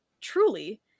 truly